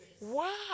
Wow